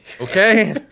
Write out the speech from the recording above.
Okay